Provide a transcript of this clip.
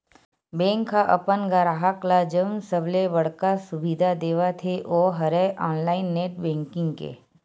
bank ह अपन गराहक ल जउन सबले बड़का सुबिधा देवत हे ओ हरय ऑनलाईन नेट बेंकिंग के